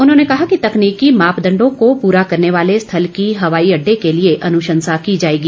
उन्होंने कहा कि तकनीकी मापदंडों को पूरा करने वाले स्थल की हवाई अड्डे के लिए अनुशंसा की जाएगी